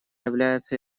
является